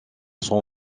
son